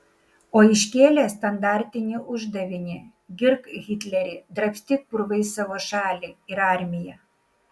o iškėlė standartinį uždavinį girk hitlerį drabstyk purvais savo šalį ir armiją